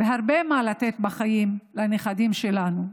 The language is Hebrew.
הרבה מה לתת בחיים, לנכדים שלנו.